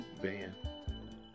Van